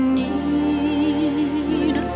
need